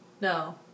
No